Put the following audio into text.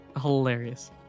hilarious